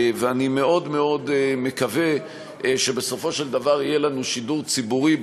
ואני מאוד מאוד מקווה שבסופו של דבר יהיה לנו שידור ציבורי,